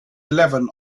eleven